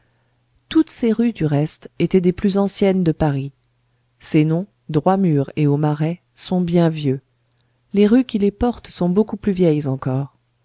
toutes ces rues du reste étaient des plus anciennes de paris ces noms droit mur et aumarais sont bien vieux les rues qui les portent sont beaucoup plus vieilles encore